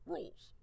Rules